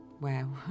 Wow